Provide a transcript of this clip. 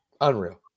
unreal